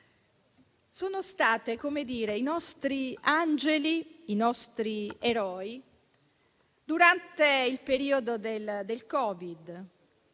sono state i nostri angeli ed eroi durante il periodo del Covid.